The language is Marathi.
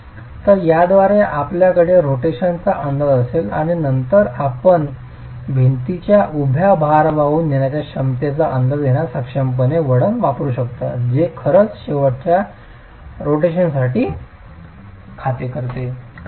तर याद्वारे आपल्याकडे रोटेशनचा अंदाज असेल आणि नंतर आपण भिंतींच्या उभ्या भार वाहून नेण्याच्या क्षमतेचा अंदाज घेण्यास सक्षमपणे वळण वापरू शकता जे खरंच शेवटच्या रोटेशनसाठी खाते करतात